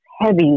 heavy